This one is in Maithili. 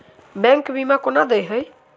बैंक बीमा केना देय है?